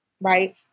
right